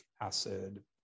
acid